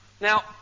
Now